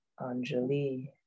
Anjali